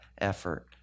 effort